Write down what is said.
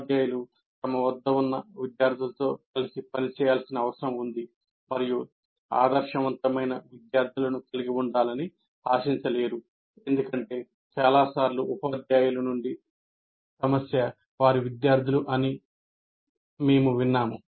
ఉపాధ్యాయులు తమ వద్ద ఉన్న విద్యార్థులతో కలిసి పనిచేయాల్సిన అవసరం ఉంది మరియు ఆదర్శవంతమైన విద్యార్థులను కలిగి ఉండాలని ఆశించలేరు ఎందుకంటే చాలా సార్లు ఉపాధ్యాయుల నుండి సమస్య వారి విద్యార్థులు అని మేము విన్నాము